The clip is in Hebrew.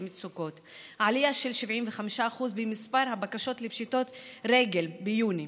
עלייה של 75% במספר הבקשות לפשיטת רגל ביוני.